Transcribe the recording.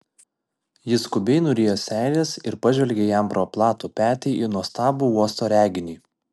ji skubiai nurijo seiles ir pažvelgė jam pro platų petį į nuostabų uosto reginį